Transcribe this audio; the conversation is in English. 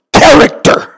character